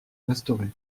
restaurer